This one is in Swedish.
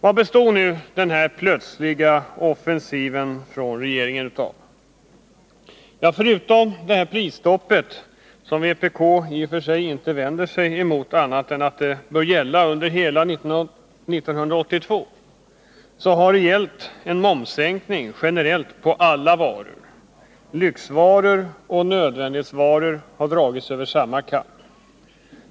Vad består nu den här plötsliga offensiven från regeringen av? Förutom av detta prisstopp, som vpk inte vänder sig emot i annat avseende än att vi anser att det bör gälla även under hela 1982, bestod den av en sänkning av momsen generellt på alla varor. Lyxvaror och nödvändighetsvaror har dragits över en kam.